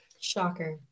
shocker